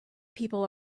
people